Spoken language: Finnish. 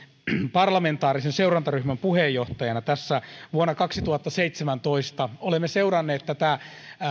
parlamentaarisen seurantaryhmän puheenjohtajana vuonna kaksituhattaseitsemäntoista olemme seuranneet